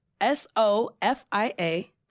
S-O-F-I-A